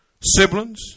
siblings